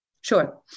Sure